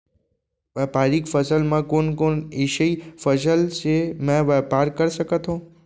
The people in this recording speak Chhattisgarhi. व्यापारिक फसल म कोन कोन एसई फसल से मैं व्यापार कर सकत हो?